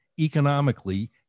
economically